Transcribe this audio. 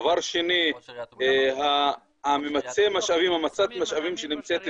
דבר שני, ממצה המשאבים, ממצת המשאבים שנמצאת אצלי,